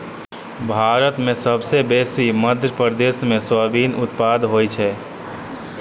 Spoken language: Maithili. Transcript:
भारत मे सबसँ बेसी मध्य प्रदेश मे सोयाबीनक उत्पादन होइ छै